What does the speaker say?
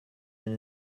and